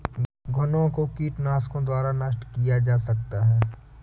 घुनो को कीटनाशकों द्वारा नष्ट किया जा सकता है